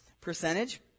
percentage